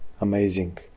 amazing